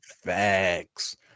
Facts